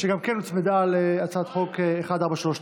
גם היא הוצמדה להצעת החוק מס' פ/1432.